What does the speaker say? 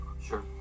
sure